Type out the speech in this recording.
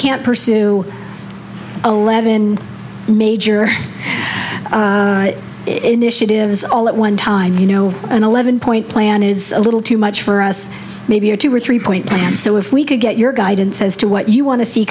can't pursue eleven major initiatives all at one time you know an eleven point plan is a little too much for us maybe a two or three point plan so if we could get your guidance as to what you want to see